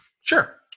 Sure